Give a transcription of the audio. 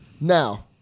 Now